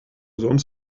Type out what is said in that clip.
sonst